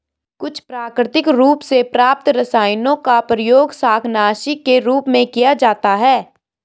कुछ प्राकृतिक रूप से प्राप्त रसायनों का प्रयोग शाकनाशी के रूप में किया जाता है